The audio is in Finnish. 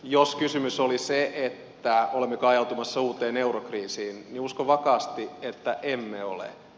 jos kysymys oli se olemmeko ajautumassa uuteen eurokriisiin niin uskon vakaasti että emme ole